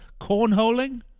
cornholing